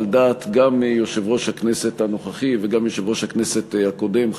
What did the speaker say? על דעת גם יושב-ראש הכנסת הנוכחי וגם יושב-ראש הכנסת הקודם,